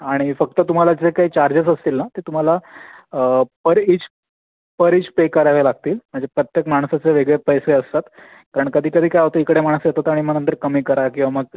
आणि फक्त तुम्हाला जे काही चार्जेस असतील ना ते तुम्हाला per each per each pay करावे लागतील म्हणजे प्रत्येक माणसाचे वेगळे पैसे असतात कारण कधी कधी काय होतं इकडे माणसं येतात आणि मग नंतर कमी करा किंवा मग